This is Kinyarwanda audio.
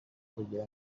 kugira